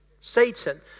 Satan